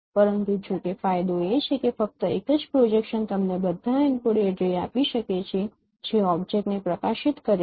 પરંતુ જો કે ફાયદો એ છે કે ફક્ત એક જ પ્રોજેક્શન તમને બધા એન્કોડેડ રે આપી શકે છે જે ઓબ્જેક્ટને પ્રકાશિત કરે છે